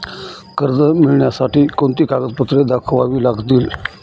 कर्ज मिळण्यासाठी कोणती कागदपत्रे दाखवावी लागतील?